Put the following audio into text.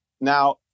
Now